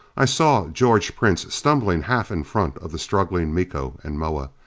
i saw george prince stumbling half in front of the struggling miko and moa.